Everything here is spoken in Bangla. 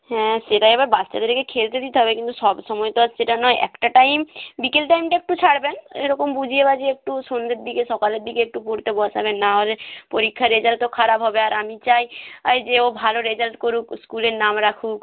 হ্যাঁ সেটাই এবার বাচ্চাদেরকে খেলতে দিতে হবে কিন্তু সব সময়ে তো আর সেটা নয় একটা টাইম বিকেল টাইমটা একটু ছাড়বেন এরকম বুঝিয়ে বাঝিয়ে একটু সন্ধ্যের দিগে সকালের দিগে একটু পড়তে বসাবেন নাহলে পরীক্ষার রেজাল্ট তো খারাপ হবে আর আমি চাই আই যে ও ভালো রেজাল্ট করুক স্কুলের নাম রাখুক